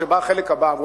כשבא החלק הבא,